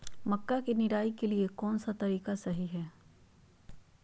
मक्का के निराई के लिए कौन सा तरीका सही है?